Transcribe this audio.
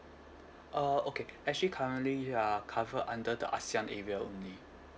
uh okay actually currently you are covered under the ASEAN area only